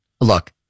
Look